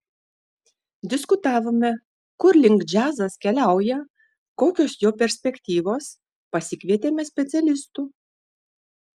diskutavome kur link džiazas keliauja kokios jo perspektyvos pasikvietėme specialistų